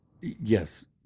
yes